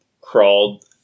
crawled